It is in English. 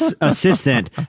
assistant